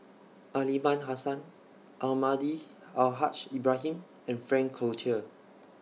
Aliman Hassan Almahdi Al Haj Ibrahim and Frank Cloutier